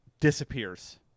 disappears